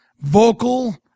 vocal